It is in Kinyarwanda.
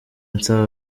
nsaba